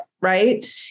right